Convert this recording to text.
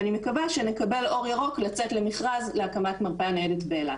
אני מקווה שנקבל אור ירוק לצאת למכרז להקמת מרפאה ניידת באילת.